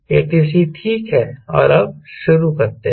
ATC ठीक है और अब शुरू करते हैं